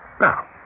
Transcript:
Now